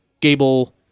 Gable